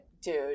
Dude